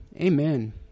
amen